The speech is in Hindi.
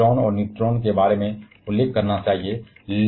हमें पॉज़िट्रॉन और न्यूट्रिनो के बारे में उल्लेख करना चाहिए